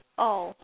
oh